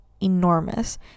enormous